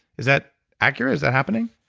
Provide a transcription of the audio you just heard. is that accurate? is that happening?